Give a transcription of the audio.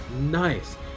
Nice